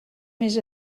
més